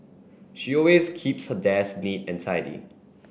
she always keeps her desk neat and tidy